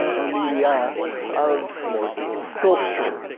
or media of sculpture,